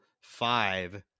five